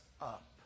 up